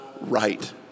right